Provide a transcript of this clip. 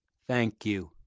thank you.